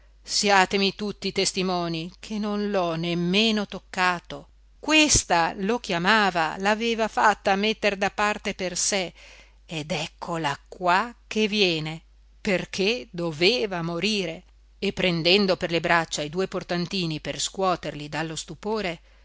chiamava siatemi tutti testimoni che non l'ho nemmeno toccato questa lo chiamava l'aveva fatta metter da parte per sé ed eccola qua che viene perché doveva morire e prendendo per le braccia i due portantini per scuoterli dallo stupore